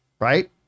Right